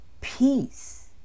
peace